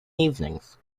evenings